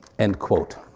end quote.